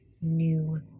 new